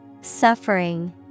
Suffering